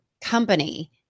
company